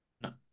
No